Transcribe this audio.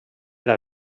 era